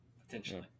potentially